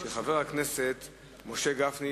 של חבר הכנסת משה גפני.